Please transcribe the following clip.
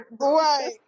Right